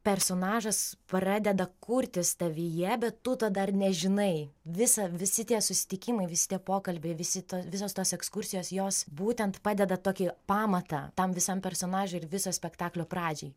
personažas pradeda kurtis tavyje bet tu to dar nežinai visą visi tie susitikimai visi tie pokalbiai visi to visos tos ekskursijos jos būtent padeda tokį pamatą tam visam personažui ir viso spektaklio pradžiai